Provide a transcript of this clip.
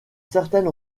certaines